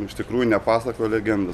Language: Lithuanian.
iš tikrųjų ne pasaka o legenda